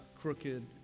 crooked